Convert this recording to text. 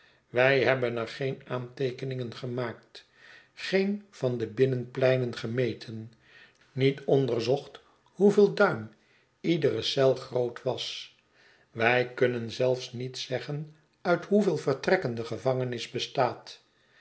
wij hebben er geen aanteekeningen gemaakt geen van de binnenpleinen gemeten niet onderzocht hoeveel duim iedere eel groot was wij kunnen zelfs niet zeggen uit hoeveel vertrekken de gevangenis bestaat